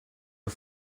are